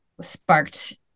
sparked